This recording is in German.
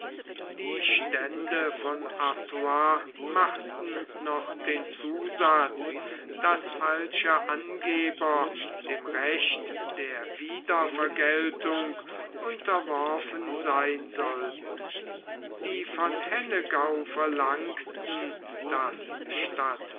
die stände von artois machten noch den zusatz daß falsche angeber dem recht der wiedervergeltung unterworfen sein sollten die von hennegau verlangten daß statt